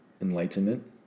enlightenment